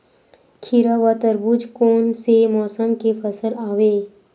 खीरा व तरबुज कोन से मौसम के फसल आवेय?